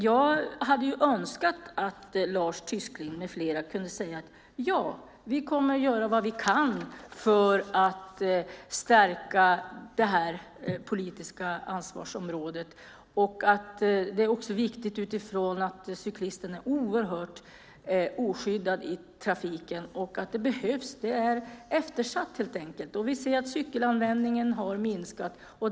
Jag hade önskat att Lars Tysklind med flera kunde säga: Ja, vi kommer att göra vad vi kan för att stärka det här politiska ansvarsområdet. Det är också viktigt eftersom cyklisten är oerhört oskyddad i trafiken. Det behövs. Det är helt enkelt eftersatt. Vi ser att cykelanvändningen har minskat.